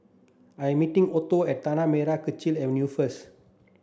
I'm meeting Otho at Tanah Merah Kechil Avenue first